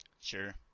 sure